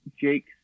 Jake